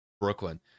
Brooklyn